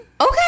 Okay